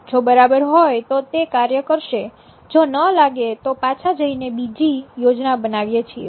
જો બરાબર હોય તો તે કાર્ય કરશે જો ન લાગે તો પાછા જઈને બીજી યોજના બનાવીએ છીએ